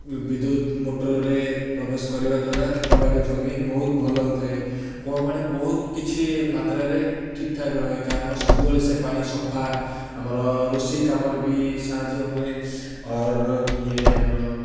ବିଦ୍ୟୁତ ମୋଟର୍ରେ ପ୍ରବେଶ କରିବା ଦ୍ୱାରା ଷେତବାଡ଼ି ଜମି ବହୁତ ଭଲ ହୋଇଥାଏ କୂଅ ପାଣି ବହୁତ କିଛି ମାତ୍ରାରେ ଠିକ୍ ଠାକ୍ ରହେ କାରଣ ସବୁବେଳେ ସେ ପାଣି ସଫା ଆମର ରୋଷେଇ କାମରେ ବି ସାହାଯ୍ୟ ହୁଏ ଅର୍ ଇଏ ଆମର